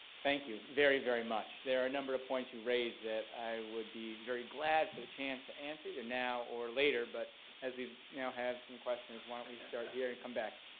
thank you very very much. there are a number of points you raise that i would be very glad for the chance to answer either now or later but as we now have some questions, why don't we start here and come back,